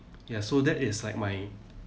ya so that is like my